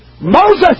Moses